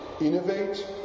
innovate